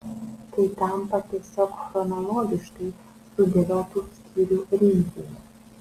tai tampa tiesiog chronologiškai sudėliotu skyrių rinkiniu